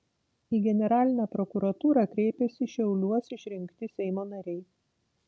į generalinę prokuratūrą kreipėsi šiauliuos išrinkti seimo nariai